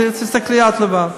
תסתכלי את לבד.